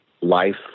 life